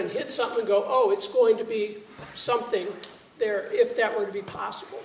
and hit something go oh it's going to be something there if that would be possible